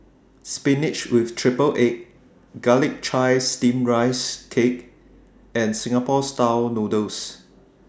Spinach with Triple Egg Garlic Chives Steamed Rice Cake and Singapore Style Noodles